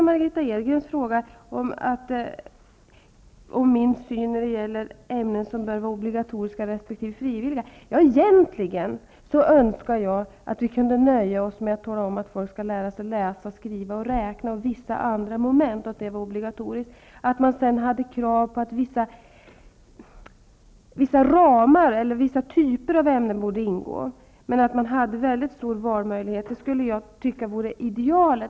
Margitta Edgren frågar om min syn på vilka ämnen som bör vara obligatoriska resp. frivilliga. Egentligen önskar jag att vi kunde nöja oss med att tala om att människor skall lära sig läsa, skriva och räkna samt vissa andra moment och att det är obligatoriskt. Sedan skulle man ha krav på vissa ramar och att vissa typer av ämnen skulle ingå, men att man hade mycket stor valmöjlighet. Det tycker jag vore idealet.